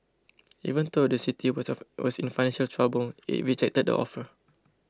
even though the city was was in financial trouble it rejected the offer